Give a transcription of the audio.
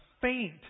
faint